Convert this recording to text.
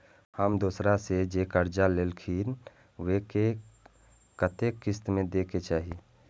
हम दोसरा से जे कर्जा लेलखिन वे के कतेक किस्त में दे के चाही?